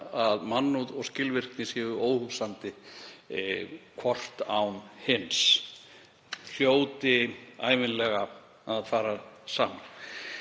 að mannúð og skilvirkni séu óhugsandi hvort án hins, þau hljóti ævinlega að fara saman.